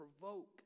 provoke